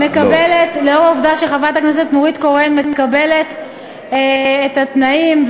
לאור העובדה שחברת הכנסת נורית קורן מקבלת את התנאים,